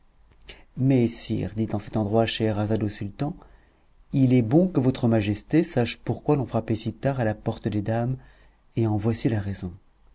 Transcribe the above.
mais sire dit en cet endroit scheherazade au sultan il est bon que votre majesté sache pourquoi l'on frappait si tard à la porte des dames et en voici la raison